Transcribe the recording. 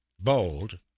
bold